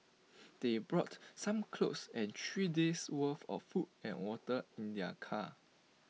they brought some clothes and three days' worth of food and water in their car